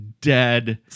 dead